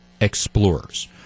Explorers